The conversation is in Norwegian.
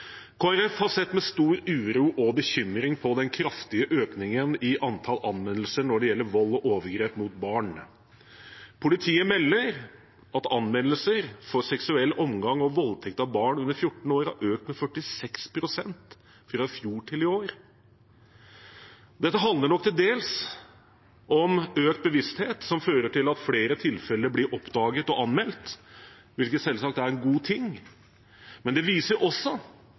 har sett med stor uro og bekymring på den kraftige økningen i antall anmeldelser når det gjelder vold og overgrep mot barn. Politiet melder at anmeldelser for seksuell omgang med og voldtekt av barn under 14 år har økt med 46 pst. fra i fjor til i år. Dette handler nok til dels om økt bevissthet som fører til at flere tilfeller blir oppdaget og anmeldt, hvilket selvsagt er en god ting, men det viser også